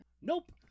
Nope